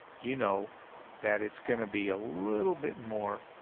you know that it's going to be a little bit more